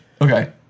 Okay